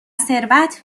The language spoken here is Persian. ثروت